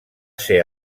ser